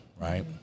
right